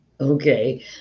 okay